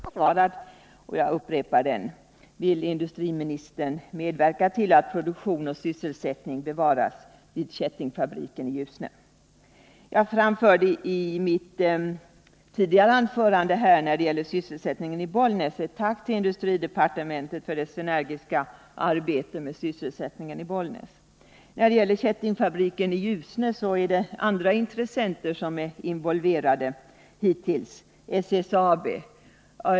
Herr talman! Jag ber att få tacka industriministern för svaret på min fråga. Industriministern tecknar en bakgrund till den fråga jag ställt. Men själva frågan är obesvarad, och jag upprepar den: Vill industriministern medverka Jag framförde i mitt tidigare anförande här, när det gällde sysselsättningen i Bollnäs, ett tack till industridepartementet för dess energiska arbete i fråga om sysselsättningen i Bollnäs. När det gäller kättingfabriken i Ljusne är det hittills en annan intressent som är involverad — SSAB.